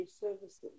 services